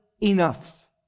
enough